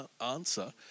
answer